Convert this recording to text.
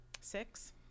Six